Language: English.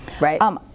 right